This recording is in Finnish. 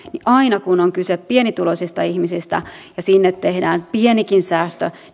aina kun on kyse pienituloisista ihmisistä ja sinne tehdään pienikin säästö